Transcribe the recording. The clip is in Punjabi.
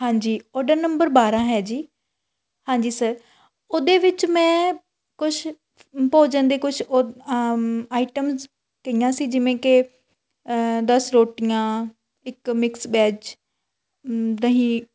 ਹਾਂਜੀ ਔਡਰ ਨੰਬਰ ਬਾਰ੍ਹਾਂ ਹੈ ਜੀ ਹਾਂਜੀ ਸਰ ਉਹਦੇ ਵਿੱਚ ਮੈਂ ਕੁਛ ਭੋਜਨ ਦੇ ਕੁਛ ਉਹਦ ਆਈਟਮਸ ਕਹੀਆਂ ਸੀ ਜਿਵੇਂ ਕਿ ਦਸ ਰੋਟੀਆਂ ਇੱਕ ਮਿਕਸ ਵੈੱਜ ਦਹੀਂ